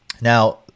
Now